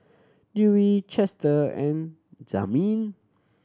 Dewey Chester and Jazmin